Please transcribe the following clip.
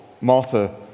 Martha